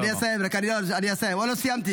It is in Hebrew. אני אסיים, רק אני אסיים, עוד לא סיימתי.